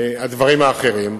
הדברים האחרים.